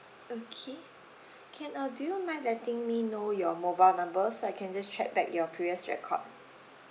okay can uh do you mind letting me know your mobile number so I can just check back your previous record